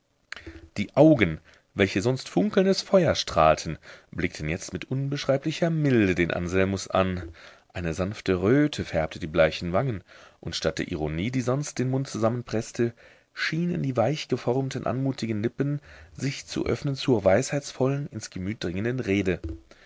die augen welche sonst funkelndes feuer strahlten blickten jetzt mit unbeschreiblicher milde den anselmus an eine sanfte röte färbte die bleichen wangen und statt der ironie die sonst den mund zusammenpreßte schienen die weichgeformten anmutigen lippen sich zu öffnen zur weisheitsvollen ins gemüt dringenden rede